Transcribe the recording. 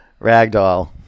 ragdoll